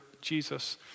Jesus